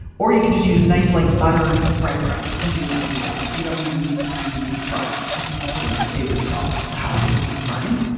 or you could just use nice like buttered breadcrumbs and do that in the oven. you don't even need to do deep frying. i think that's a way to save yourself the hassle of deep frying.